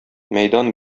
мәйдан